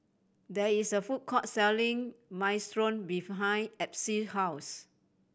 there is a food court selling Minestrone behind Epsie's house